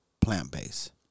plant-based